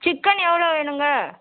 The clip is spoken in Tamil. சிக்கன் எவ்வளோ வேணுங்க